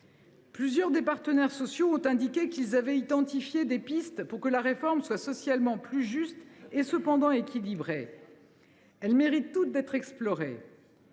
Plusieurs des partenaires sociaux ont indiqué qu’ils avaient identifié des pistes pour que la réforme soit socialement plus juste et cependant équilibrée. Elles méritent toutes d’être explorées.